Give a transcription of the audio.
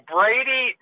Brady